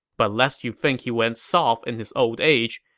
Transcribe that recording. but lest you think he went soft in his old age,